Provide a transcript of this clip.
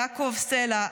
יעקב סלע,